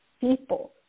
people